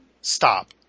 stop